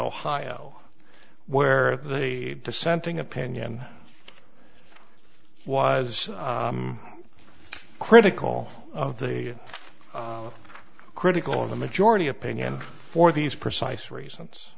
ohio where they dissenting opinion was critical of the critical or the majority opinion for these precise reasons